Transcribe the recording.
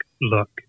look